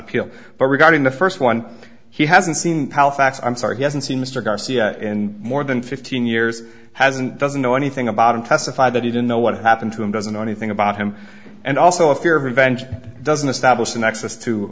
appeal but regarding the first one he hasn't seen how facts i'm sorry he hasn't seen mr garcia in more than fifteen years hasn't doesn't know anything about him testified that he didn't know what happened to him doesn't know anything about him and also a fear of revenge doesn't establish an access to